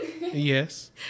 Yes